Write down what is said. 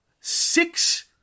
six